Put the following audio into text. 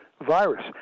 virus